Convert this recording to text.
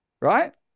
right